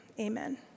Amen